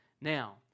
Now